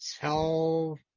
tell